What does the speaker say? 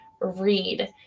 read